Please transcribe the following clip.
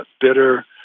bitter